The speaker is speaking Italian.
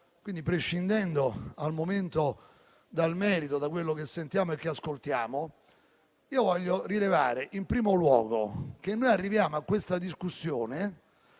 quindi prescindendo al momento dal merito, da quello che sentiamo e ascoltiamo, io voglio innanzitutto rilevare che noi arriviamo a questa discussione